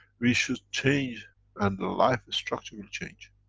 we should change and the life structure will change.